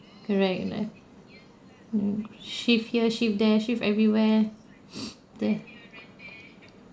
correct ya mm shift here shift there shift everywhere there